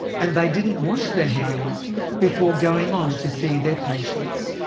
and they didn't wash their hands before going on to see their patients.